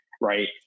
right